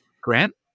grant